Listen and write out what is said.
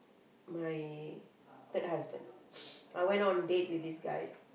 my third husband I went on date with this guy